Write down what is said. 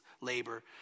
labor